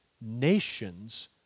nations